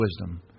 wisdom